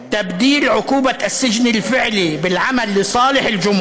אם הנאשם אינו מהווה סכנה לשלום הציבור